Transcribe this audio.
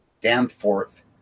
Danforth